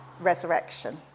resurrection